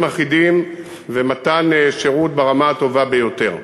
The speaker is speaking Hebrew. אחידים ומתן שירות ברמה הטובה ביותר.